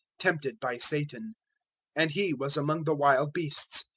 tempted by satan and he was among the wild beasts,